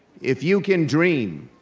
if you can dream,